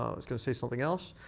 i was going to say something else.